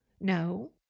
No